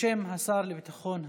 בשם השר לביטחון הפנים.